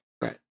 Right